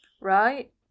Right